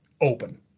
open